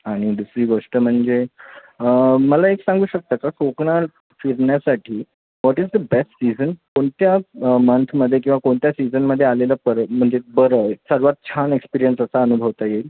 आणि दुसरी गोष्ट म्हणजे मला एक सांगू शकता का कोकनात फिरण्यासाठी what is the best season कोणत्या मंथमध्ये किंवा कोणत्या सीजनमध्ये आलेलं परंय म्हणजे बरं आहे सर्वात छान एक्स्पिरीयन्स असा अनुभवता येईल